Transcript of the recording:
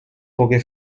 poche